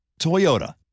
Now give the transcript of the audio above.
Toyota